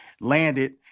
landed